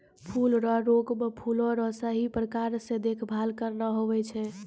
फूलो रो रोग मे फूलो रो सही प्रकार से देखभाल करना हुवै छै